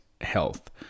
health